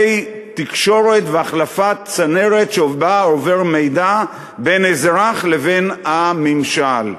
תקשורת והחלפת צנרת שבה עובר מידע בין אזרח לבין הממשל.